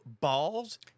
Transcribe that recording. Balls